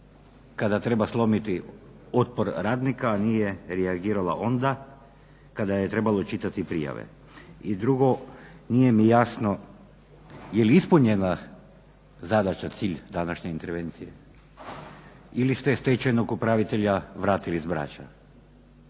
kada treba slomiti otpor radnika, a nije reagiralo onda kada je trebalo čitati prijave. I drugo, nije mi jasno je li ispunjena zadaća, cilj današnje intervencije ili ste stečajnog upravitelja vratili s Brača.